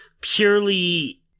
purely